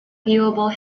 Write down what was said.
viewable